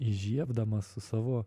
įžiebdamas su savo